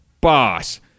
boss